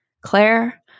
Claire